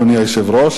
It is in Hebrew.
אדוני היושב-ראש,